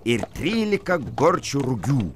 ir trylika gorčių rugių